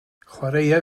chwaraea